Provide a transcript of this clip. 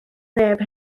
neb